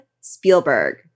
Spielberg